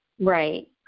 Right